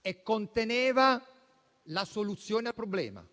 e conteneva la soluzione al problema.